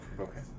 Okay